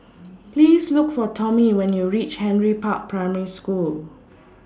Please Look For Tommie when YOU REACH Henry Park Primary School